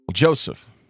Joseph